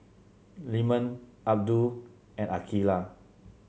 Leman Abdul and Aqeelah